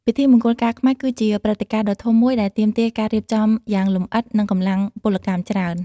ពិធីមង្គលការខ្មែរ គឺជាព្រឹត្តិការណ៍ដ៏ធំមួយដែលទាមទារការរៀបចំយ៉ាងលម្អិត និងកម្លាំងពលកម្មច្រើន។